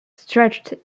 stretched